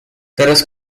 teraz